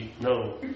No